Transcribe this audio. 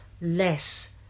less